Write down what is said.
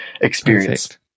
experience